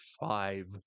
five